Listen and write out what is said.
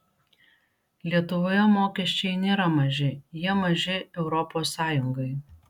lietuvoje mokesčiai nėra maži jie maži europos sąjungai